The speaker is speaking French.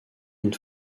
une